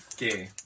Okay